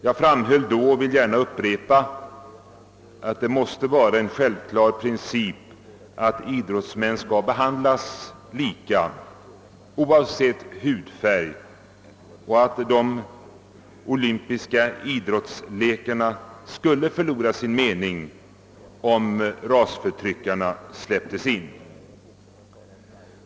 Jag framhöll då — och jag vill gärna upprepa det att det måste vara en självklar princip att idrottsmän skall behandlas lika oavsett hudfärg och att de olympiska idrottslekarna skulle förlora sin mening om rasförtryckarna släpptes in.